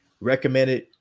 recommended